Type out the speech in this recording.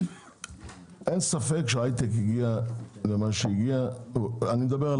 אין ספק שההיי-טק הגיע למה שהגיע - אני מדבר על